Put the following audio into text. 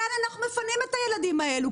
לאן אנחנו מפנים את הילדים האלה?